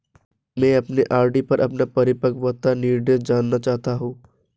मैं अपने आर.डी पर अपना परिपक्वता निर्देश जानना चाहता हूं